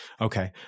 Okay